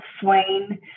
swain